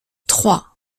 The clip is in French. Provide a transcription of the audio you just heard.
trois